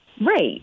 Right